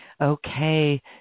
Okay